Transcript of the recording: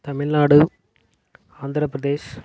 Tamil Nadu Andhra Pradesh